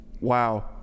wow